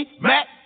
Mac